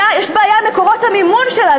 יש בעיה עם מקורות המימון שלה.